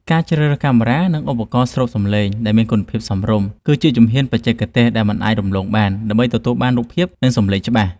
ការជ្រើសរើសកាមេរ៉ា និងឧបករណ៍ស្រូបសំឡេងដែលមានគុណភាពសមរម្យ គឺជាជំហានបច្ចេកទេសដែលមិនអាចរំលងបានដើម្បីទទួលបានរូបភាព និងសំឡេងច្បាស់។